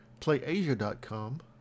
playasia.com